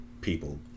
people